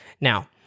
now